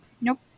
Nope